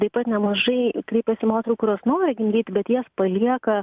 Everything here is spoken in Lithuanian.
taip pat nemažai kreipiasi moterų kurios nori gimdyti bet jas palieka